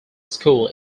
school